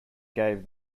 gave